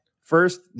First